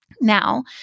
Now